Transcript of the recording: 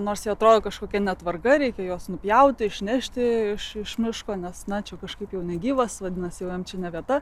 nors jie atrodo kažkokia netvarka reikia juos nupjauti išnešti iš iš miško nes na čia kažkaip jau negyvas vadinasi jam čia ne vieta